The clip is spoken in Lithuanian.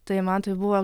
tai man tai buvo